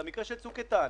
את המקרה של צוק איתן,